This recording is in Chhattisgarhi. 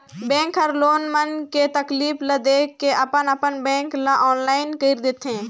बेंक हर लोग मन के तकलीफ ल देख के अपन अपन बेंक ल आनलाईन कइर देथे